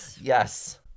Yes